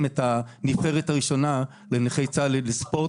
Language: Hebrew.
את הנבחרת הראשונה לנכי צה"ל לספורט,